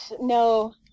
no